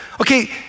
Okay